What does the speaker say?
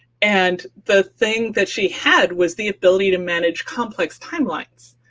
and the thing that she had was the ability to manage complex timelines,